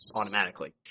automatically